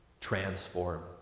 transform